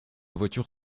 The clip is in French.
voiture